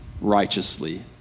righteously